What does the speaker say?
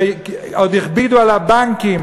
ועוד הכבידו על הבנקים,